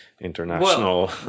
international